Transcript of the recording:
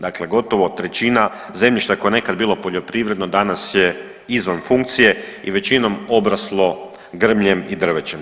Dakle, gotovo trećina koje je nekad bilo poljoprivredno danas je izvan funkcije i većinom obraslo grmljem i drvećem.